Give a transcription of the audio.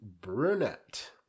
Brunette